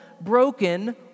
broken